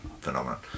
phenomenon